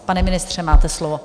Pane ministře, máte slovo.